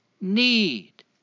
need